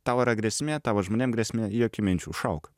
tau yra grėsmė tavo žmonėm grėsmė jokių minčių šauk